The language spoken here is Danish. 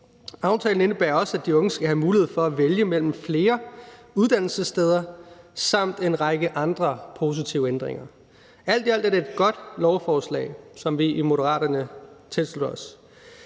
Aftalen indebærer også, at de unge skal have mulighed for at vælge mellem flere uddannelsessteder, samt en række andre positive ændringer. Alt i alt er det et godt lovforslag, som vi i Moderaterne tilslutter os.